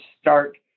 start